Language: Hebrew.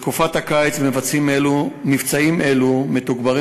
בתקופת הקיץ מבצעים אלו מתוגברים,